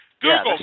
Google